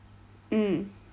mm